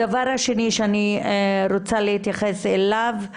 הדבר השני שאני רוצה להתייחס אליו: